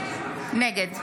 נגד